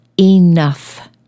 enough